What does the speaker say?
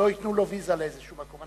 לא ייתנו לו ויזה לאיזשהו מקום.